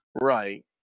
Right